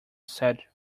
said